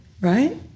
right